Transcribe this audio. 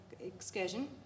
excursion